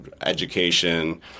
education